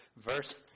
verse